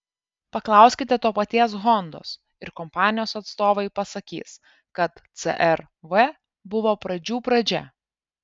paklauskite to paties hondos ir kompanijos atstovai pasakys kad cr v buvo pradžių pradžia